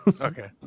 Okay